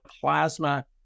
plasma